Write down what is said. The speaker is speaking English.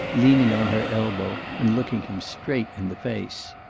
leaning on her elbow and looking him straight in the face.